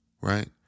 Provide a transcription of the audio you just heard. Right